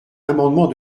amendement